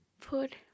put